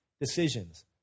decisions